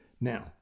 Now